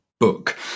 Book